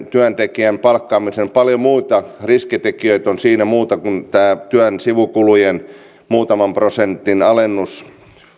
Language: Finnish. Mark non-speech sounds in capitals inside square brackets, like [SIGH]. [UNINTELLIGIBLE] työntekijän palkkaamisessa on paljon muitakin riskitekijöitä kuin tämä työn sivukulujen muutaman prosentin alennus